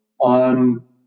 on